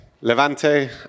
Levante